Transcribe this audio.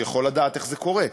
שיכול לדעת איך זה קורה.